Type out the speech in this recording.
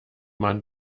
man